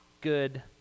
good